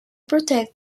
protect